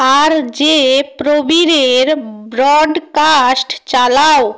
আর J প্রবীরের broadcast চালাও